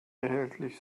erhältlich